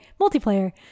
multiplayer